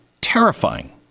terrifying